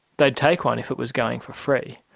they'd take one if it was going for free,